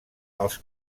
els